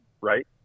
right